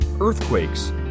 earthquakes